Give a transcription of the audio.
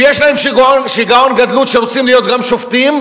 ויש להם שיגעון גדלות, שרוצים להיות גם שופטים,